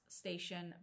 station